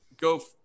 go